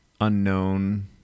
unknown